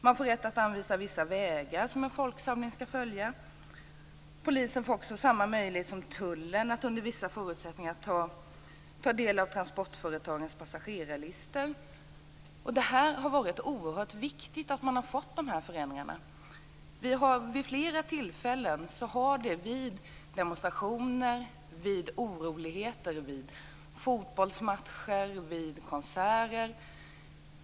Man får rätt att anvisa vilka vägar en folksamling skall följa. Polisen får samma möjlighet som tullen att under vissa förutsättningar ta del av transportföretagens passagerarlistor. Dessa förändringar är oerhört viktiga. Vid flera tillfällen har det varit oroligheter vid demonstrationer, fotbollsmatcher och konserter.